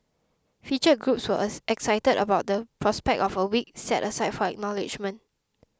featured groups were excited about the prospect of a week set aside for acknowledgement